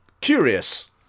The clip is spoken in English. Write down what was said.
Curious